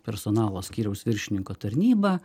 personalo skyriaus viršininko tarnyba